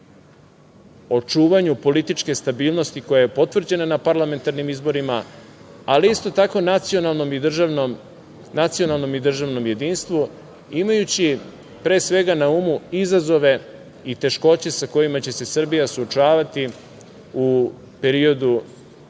očuvanju političke stabilnosti koja je potvrđena na parlamentarnim izborima, ali isto tako nacionalnom i državnom jedinstvu, imajući pre svega na umu izazove i teškoće sa kojima će se Srbija suočavati u periodu